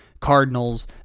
Cardinals